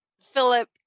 Philip